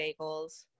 bagels